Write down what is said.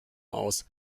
aus